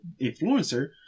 influencer